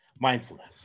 mindfulness